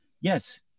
yes